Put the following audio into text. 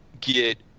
get